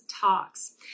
talks